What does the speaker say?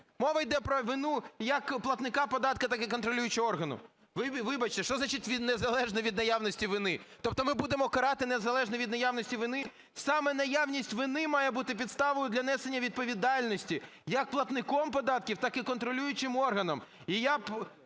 Мова йде про вину як платника податку, так і контролюючого органу. Вибачте, що значить, він не залежний від наявності вини? Тобто ми будемо карати, незалежно від наявності вини? Саме наявність вини має бути підставою для несення відповідальності як платником податків, так і контролюючим органом.